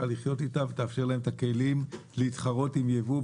לחיות איתה ותאפשר להם את הכלים להתחרות ביבוא,